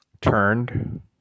Turned